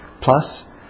plus